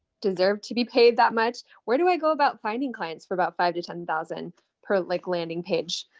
deserve to be paid that much. where do i go about finding clients for about five to ten thousand per like landing page